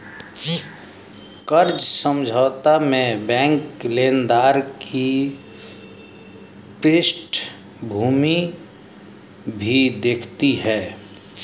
कर्ज समझौता में बैंक लेनदार की पृष्ठभूमि भी देखती है